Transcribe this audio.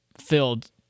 filled